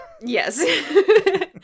Yes